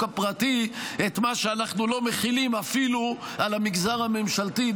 הפרטי את מה שאנחנו לא מחילים אפילו על המגזר הממשלתי,